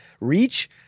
reach